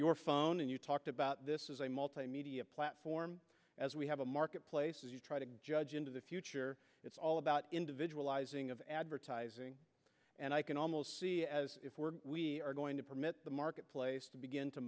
your phone and you talked about this is a multimedia platform as we have a marketplace as you try to judge into the future it's all about individual izing of advertising and i can almost see as if we're going to permit the marketplace to begin to